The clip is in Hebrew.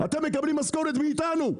אתם מקבלים משכורת מאיתנו,